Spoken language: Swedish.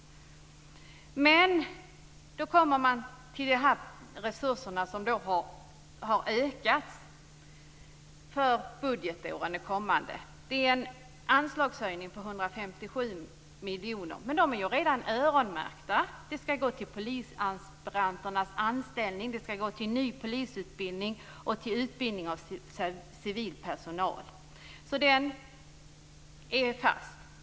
Då kommer vi till de resurser som har utökats för det kommande budgetåret. Det är en anslagshöjning på 157 miljoner, men de är redan öronmärkta. De skall gå till polisaspiranternas anställning, till ny polisutbildning och till utbildning av civil personal. De pengarna finns alltså inte tillgängliga.